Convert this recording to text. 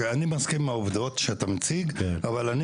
אני מסכים עם העובדות שאתה מציג אבל אני